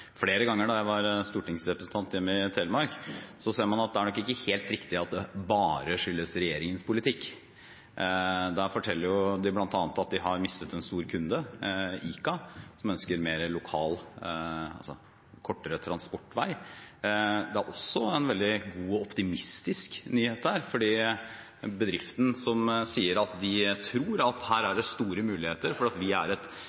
flere ganger hjemme i Telemark da jeg var stortingsrepresentant, så ser man at det nok ikke er helt riktig at det bare skyldes regjeringens politikk. Der forteller de bl.a. at de har mistet en stor kunde, ICA, som ønsker mer lokalt, kortere transportvei. Det er også en veldig god og optimistisk nyhet der, for bedriften sier at de tror at det er store muligheter her fordi vi er et